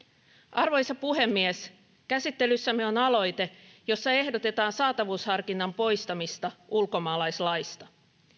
arvoisa puhemies käsittelyssämme on aloite jossa ehdotetaan saatavuusharkinnan poistamista ulkomaalaislaista